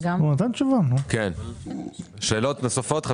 חברים, יש שאלות נוספות?